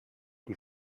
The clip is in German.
die